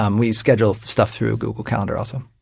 um we schedule stuff through google calendar, also.